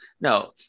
no